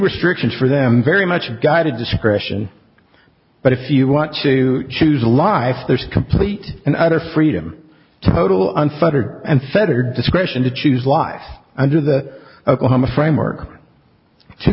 restrictions for them very much guided discretion but if you want to choose a life there's complete and utter freedom total unfettered unfettered discretion to choose life under the oklahoma framework to